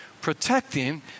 protecting